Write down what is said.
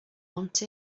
want